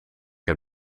heb